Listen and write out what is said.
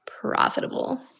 profitable